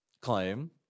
claim